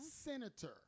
senator